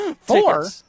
four